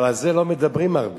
אבל על זה לא מדברים הרבה.